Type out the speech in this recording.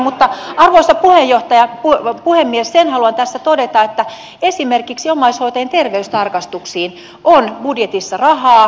mutta arvoisa puhemies sen haluan tässä todeta että esimerkiksi omaishoitajien terveystarkastuksiin on budjetissa rahaa